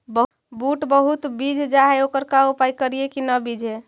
बुट बहुत बिजझ जा हे ओकर का उपाय करियै कि न बिजझे?